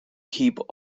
keep